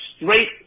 straight